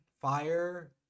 fire